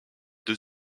deux